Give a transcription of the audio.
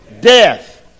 Death